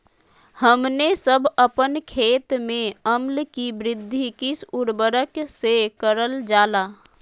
हमने सब अपन खेत में अम्ल कि वृद्धि किस उर्वरक से करलजाला?